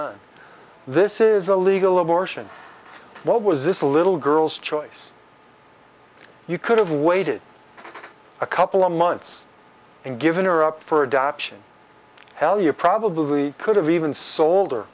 on this is a legal abortion what was this little girl's choice you could have waited a couple of months and given her up for adoption hell you probably could have even sold